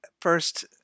first